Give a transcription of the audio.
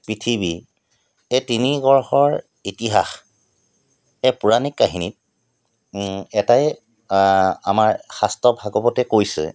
পৃথিৱী এই তিনি বৰ্ষৰ ইতিহাস এক পৌৰাণিক কাহিনীত এটাই আমাৰ শাস্ত্ৰ ভাগৱতে কৈছে